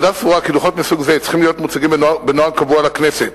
"הוועדה סבורה כי דוחות מסוג זה צריכים להיות מוצגים בנוהג קבוע לכנסת,